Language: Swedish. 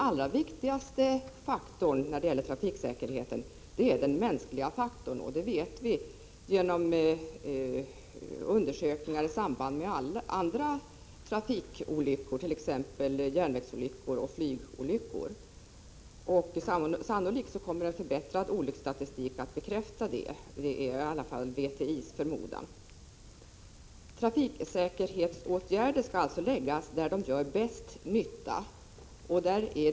Allra viktigast när det gäller trafiksäkerhet är den mänskliga faktorn. Det vet vi genom undersökningar i samband med andra trafikslag än vägtrafik, t.ex. järnvägsoch flygolyckor. Sannolikt kommer en förbättrad olycksstatistik att bekräfta detta. Det är i alla fall VTI:s förmodan. Trafiksäkerhetsåtgärder skall sättas in där de gör bäst nytta.